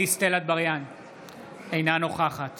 אינה נוכחת